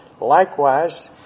Likewise